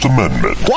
Amendment